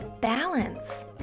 balance